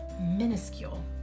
minuscule